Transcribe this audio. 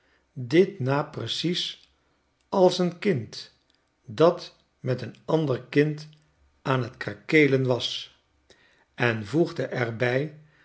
dit na precies als een kind dat met een ander kind aan t krakeelen was en voegde er